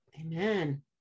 Amen